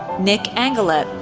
nick angalet,